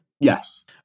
Yes